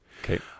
Okay